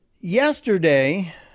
yesterday